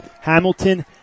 Hamilton